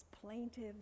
plaintive